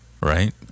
right